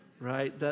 Right